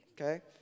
okay